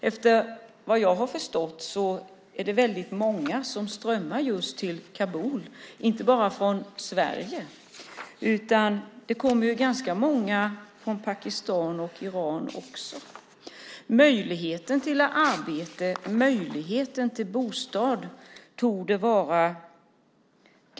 Efter vad jag har förstått är det väldigt många som strömmar just till Kabul, inte bara från Sverige. Det kommer ganska många från Pakistan och Iran också. Det torde vara ganska knepigt vad gäller möjlighet till arbete och bostad.